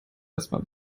erstmal